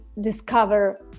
discover